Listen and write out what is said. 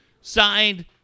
Signed